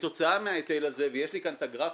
כתוצאה מההיטל הזה ויש לי כאן את הגרפים,